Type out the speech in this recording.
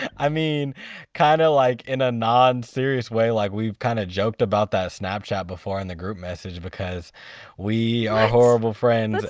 i mean kind of like in a non serious way. like we've kind of joked about that snapchat before in the group message because we are horrible friends